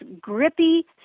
grippy